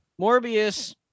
Morbius